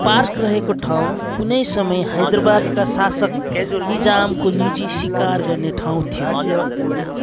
park रहेको ठाउँ कुनै समय हैदराबादका शासक निजामको निजी सिकार गर्ने ठाउँ थियो